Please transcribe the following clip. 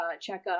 checkup